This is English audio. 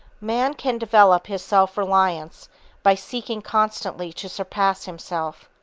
man can develop his self-reliance by seeking constantly to surpass himself.